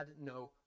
no